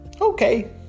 Okay